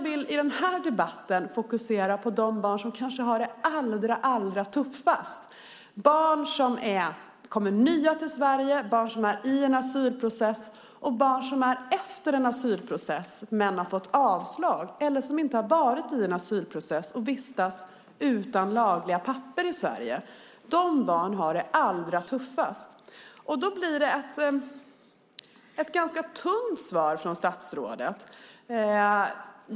I den här debatten vill jag fokusera på de barn som kanske har det allra tuffast, nämligen barn som kommit nyligen till Sverige och som befinner sig i en asylprocess, har genomgått en asylprocess men fått avslag eller inte har genomgått någon asylprocess men vistas i Sverige utan lagliga papper. De barnen har det allra tuffast. Det blev ett ganska tunt svar från statsrådet.